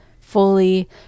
fully